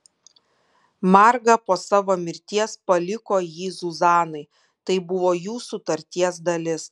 marga po savo mirties paliko jį zuzanai tai buvo jų sutarties dalis